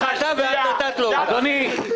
אתם מביאים לנו את ענייני המטוס כרוכים בהברה לעולי אתיופיה.